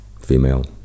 female